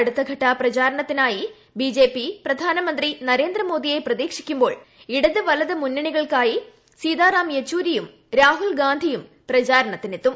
അടുത്തഘട്ട പ്രചാരണത്തിന്റായി B J P പ്രധാനമന്ത്രി നരേന്ദ്രമോദിയെ പ്രതീക്ഷിക്കുമ്പോൾ ഇടത് വലത് മുന്നണികൾക്കായി സീത്രൂഹൃം യെച്ചൂരിയും രാഹുൽ ഗാന്ധിയും പ്രചാരണത്തിനെത്തും